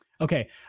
Okay